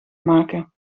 maken